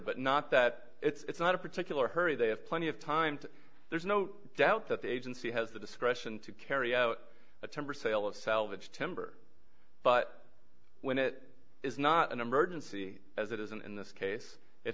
but not that it's not a particular hurry they have plenty of times there's no doubt that the agency has the discretion to carry out a temper sale of salvage timber but when it is not an emergency as it isn't in this case it